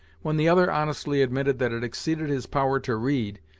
when the other honestly admitted that it exceeded his power to read,